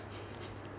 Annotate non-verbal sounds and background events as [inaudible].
[breath]